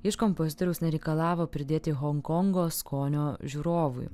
iš kompozitoriaus nereikalavo pridėti honkongo skonio žiūrovui